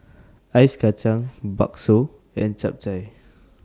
Ice Kachang Bakso and Chap Chai